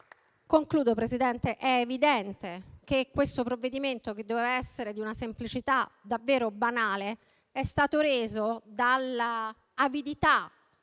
conclusione, Presidente, è evidente che questo provvedimento, che doveva essere di una semplicità davvero banale, non è stato reso votabile dall'avidità